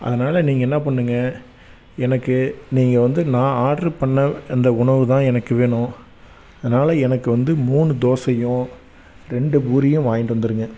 அதனால நீங்கள் என்ன பண்ணுங்க எனக்கு நீங்கள் வந்து நான் ஆட்ரு பண்ணிண அந்த உணவுதான் எனக்கு வேணும் அதனால எனக்கு வந்து மூணு தோசையும் ரெண்டு பூரியும் வாங்கிட்டு வந்துருங்க